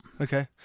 okay